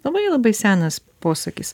labai labai senas posakis